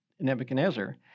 Nebuchadnezzar